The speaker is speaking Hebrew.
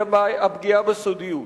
היא הפגיעה בסודיות.